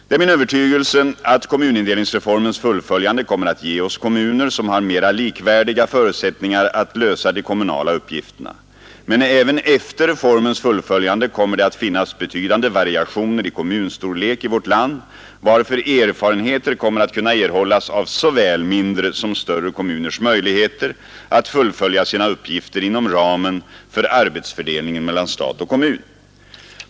Det är min övertygelse att kommunindelningsreformens fullföljande kommer att ge oss kommuner som har mera likvärdiga förutsättningar att lösa de kommunala uppgifterna. Men även efter reformens fullföljande kommer det att finnas betydande variationer i kommunstorlek i vårt land, varför erfarenheter kommer att kunna erhållas av såväl mindre som större kommuners möjligheter att fullfölja sina uppgifter inom ramen för arbetsfördelningen mellan stat och kommun.